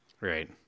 Right